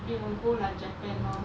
we will go like japan lor